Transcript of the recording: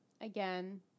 again